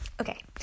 okay